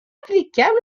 applicables